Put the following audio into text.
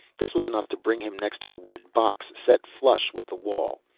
this was enough to bring him next to a red box set flush with the wall.